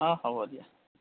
অঁ হ'ব দিয়া